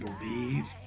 believe